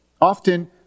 Often